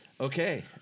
Okay